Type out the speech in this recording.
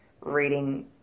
reading